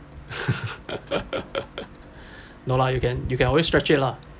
no lah you can you can always stretch it lah